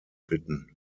bitten